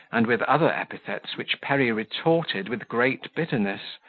and with other epithets, which perry retorted with great bitterness.